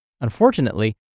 Unfortunately